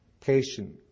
Patient